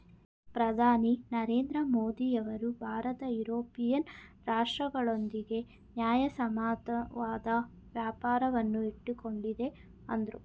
ಪ್ರಧಾನಿ ನರೇಂದ್ರ ಮೋದಿಯವರು ಭಾರತ ಯುರೋಪಿಯನ್ ರಾಷ್ಟ್ರಗಳೊಂದಿಗೆ ನ್ಯಾಯಸಮ್ಮತವಾದ ವ್ಯಾಪಾರವನ್ನು ಇಟ್ಟುಕೊಂಡಿದೆ ಅಂದ್ರು